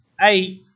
Eight